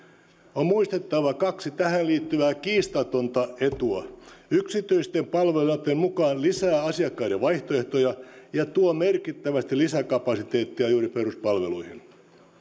on muistettava kaksi tähän liittyvää kiistatonta etua yksityisten palvelujen ottaminen mukaan lisää asiakkaiden vaihtoehtoja ja tuo merkittävästi lisäkapasiteettia juuri peruspalveluihin